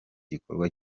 gikorwa